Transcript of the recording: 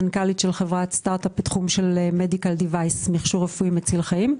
מנכ"לית חברת סטארט אפ בתחום מכשור רפואי מציל חיים.